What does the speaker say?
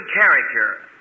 character